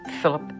Philip